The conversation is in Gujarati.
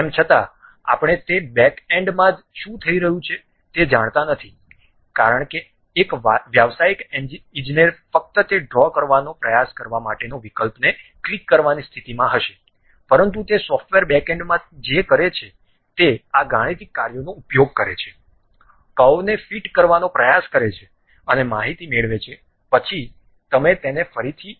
તેમ છતાં આપણે તે બેકએન્ડમાં શું થઈ રહ્યું છે તે જાણતા નથી કારણ કે એક વ્યાવસાયિક ઇજનેર ફક્ત તે ડ્રો કરવાનો પ્રયાસ કરવા માટેના વિકલ્પોને ક્લિક કરવાની સ્થિતિમાં હશે પરંતુ તે સોફ્ટવેર બેકએન્ડમાં તે જે કરે છે તે આ ગાણિતિક કાર્યોનો ઉપયોગ કરે છે કર્વને ફીટ કરવાનો પ્રયાસ કરે છે અને માહિતી મેળવે છે પછી તમે તેને ફરીથી GUI